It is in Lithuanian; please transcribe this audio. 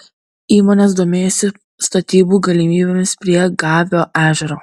įmonės domėjosi statybų galimybėmis prie gavio ežero